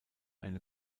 eine